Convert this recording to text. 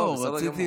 הוא רצה להחמיא לך.